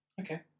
Okay